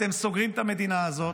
אתם סוגרים את המדינה הזאת,